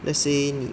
let's say